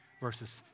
verses